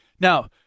Now